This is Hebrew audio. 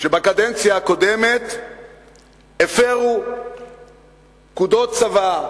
שבקדנציה הקודמת הפירו פקודות צבא,